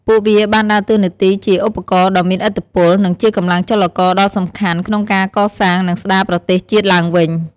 ពួកវាបានដើរតួនាទីជា ឧបករណ៍ដ៏មានឥទ្ធិពល និងជាកម្លាំងចលករដ៏សំខាន់ក្នុងការកសាង និងស្ដារប្រទេសជាតិឡើងវិញ។